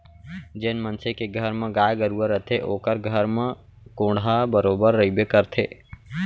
जेन मनसे के घर म गाय गरूवा रथे ओकर घर म कोंढ़ा बरोबर रइबे करथे